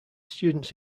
students